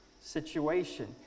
situation